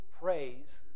praise